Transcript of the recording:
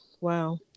Wow